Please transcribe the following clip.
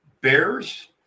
bears